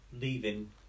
leaving